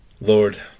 Lord